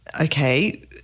okay